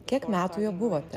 kiek metų juo buvote